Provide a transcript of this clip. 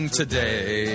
today